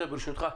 ברשותך,